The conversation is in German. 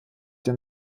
den